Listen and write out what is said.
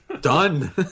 Done